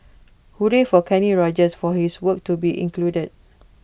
hooray for Kenny Rogers for his work to be included